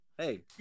Hey